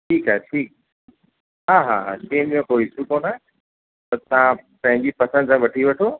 ठीकु आहे ठीकु हा हा हा चेंज जो कोई इशू कोन्हे त तव्हां पंहिंजी पसंदि सां वठी वठो